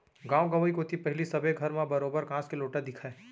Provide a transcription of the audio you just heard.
गॉंव गंवई कोती पहिली सबे घर म बरोबर कांस के लोटा दिखय